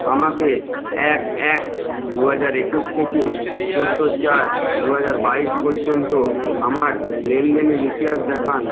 আমাকে এক এক দু হাজার একুশ থেকে চোদ্দো চার দু হাজার বাইশ পর্যন্ত আমার লেনদেনের ইতিহাস দেখান